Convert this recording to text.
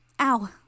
Ow